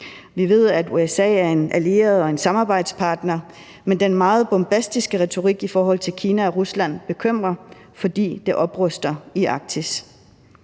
Vi ved, at USA er en allieret og en samarbejdspartner, men den meget bombastiske retorik i forhold til Kina og Rusland bekymrer, fordi det opruster i Arktis.